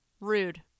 rude